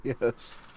Yes